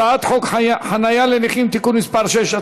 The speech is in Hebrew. הצעת חוק חניה לנכים (תיקון מס' 6),